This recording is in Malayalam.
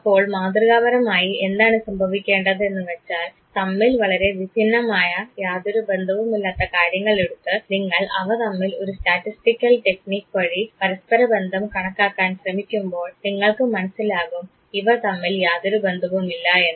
അപ്പോൾ മാതൃകാപരമായി എന്താണ് സംഭവിക്കേണ്ടത് എന്നുവച്ചാൽ തമ്മിൽ വളരെ വിഭിന്നമായ യാതൊരു ബന്ധവുമില്ലാത്ത കാര്യങ്ങൾ എടുത്ത് നിങ്ങൾ അവ തമ്മിൽ ഒരു സ്റ്റാറ്റിസ്സ്റ്റിക്കൽ ടെക്നിക് വഴി പരസ്പരബന്ധം കണക്കാക്കാൻ ശ്രമിക്കുമ്പോൾ നിങ്ങൾക്ക് മനസ്സിലാകും ഇവ തമ്മിൽ യാതൊരു ബന്ധവുമില്ല എന്ന്